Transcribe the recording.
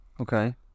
Okay